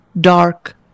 dark